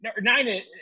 Nine